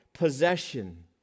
Possession